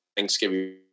Thanksgiving